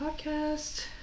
Podcast